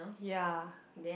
ya